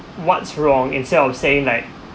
what's wrong instead of saying like